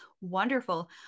wonderful